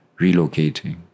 relocating